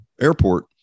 Airport